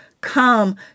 Come